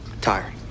tired